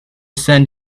send